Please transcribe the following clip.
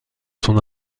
son